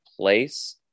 place